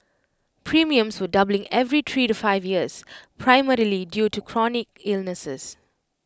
premiums were doubling every three to five years primarily due to chronic illnesses